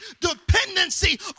dependency